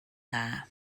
dda